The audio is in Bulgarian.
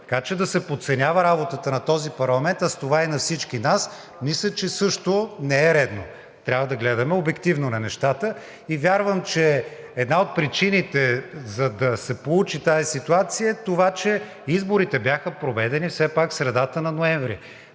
Така че да се подценява работата на този парламент, а с това и на всички нас, мисля, че също не е редно. Трябва да гледаме обективно на нещата. Вярвам, че една от причините, за да се получи тази ситуация, е това, че изборите бяха проведени все пак в средата на месец ноември.